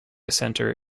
center